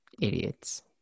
Idiots